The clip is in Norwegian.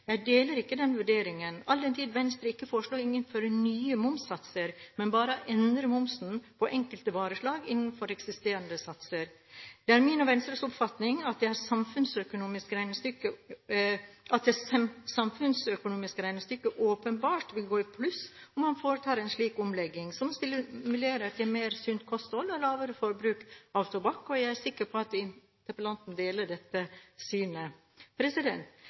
Jeg deler ikke den vurderingen, all den tid Venstre ikke foreslår å innføre noen nye momssatser, men bare å endre momsen på enkelte vareslag innenfor eksisterende satser. Det er min og Venstres oppfatning at det samfunnsøkonomiske regnestykket åpenbart vil gå i pluss om man foretar en slik omlegging, som stimulerer til sunnere kosthold og lavere forbruk av tobakk. Jeg er sikker på at interpellanten deler dette synet.